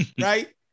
Right